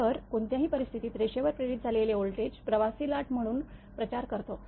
तर कोणत्याही परिस्थितीत रेषेवर प्रेरित झालेला व्होल्टेज प्रवासी लाट म्हणून प्रचार करतो